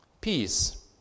peace